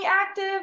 active